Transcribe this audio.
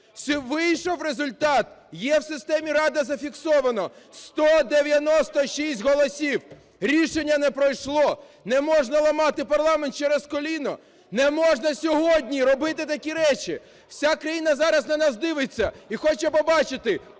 Вийшов результат, є в системі "Рада", зафіксовано 196 голосів: рішення не пройшло. Не можна ламати парламент через коліно, не можна сьогодні робити такі речі. Вся країна зараз на нас дивиться і хоче побачити: